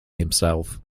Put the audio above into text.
himself